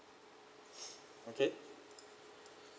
okay